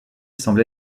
semble